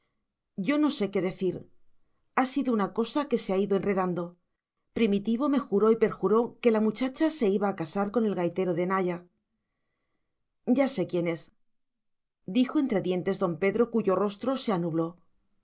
yo no sé qué decir ha sido una cosa que se ha ido enredando primitivo me juró y perjuró que la muchacha se iba a casar con el gaitero de naya ya sé quién es dijo entre dientes don pedro cuyo rostro se anubló